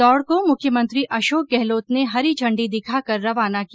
दौड को मुख्यमंत्री अशोक गहलोत ने हरी झंडी दिखाकर रवाना किया